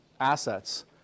assets